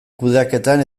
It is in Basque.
kudeaketan